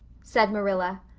said marilla.